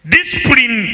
Discipline